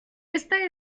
esta